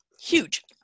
Huge